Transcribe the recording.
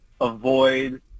avoid